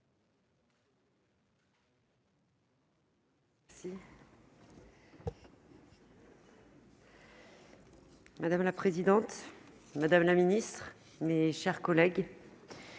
Madame la présidente, monsieur le ministre, mes chers collègues,